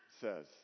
says